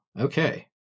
Okay